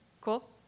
Cool